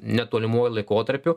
netolimuoju laikotarpiu